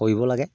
কৰিব লাগে